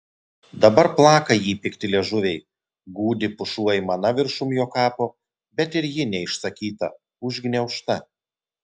dabar plaka jį pikti liežuviai gūdi pušų aimana viršum jo kapo bet ir ji neišsakyta užgniaužta